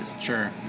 Sure